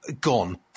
gone